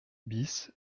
bis